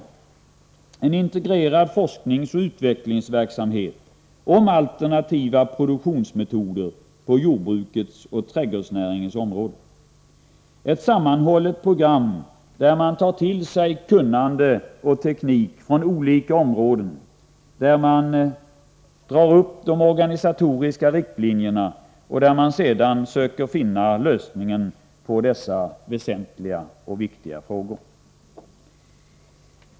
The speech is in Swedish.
Det gäller en integrerad forskningsoch utvecklingsverksamhet med alternativa produktionsmetoder på jordbrukets och trädgårdsnäringens område, ett sammanhållet program, där man tar till sig kunnande och teknik från olika områden, där man drar upp de organisatoriska riktlinjerna och där man sedan söker finna lösningen på dessa väsentliga frågor.